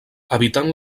evitant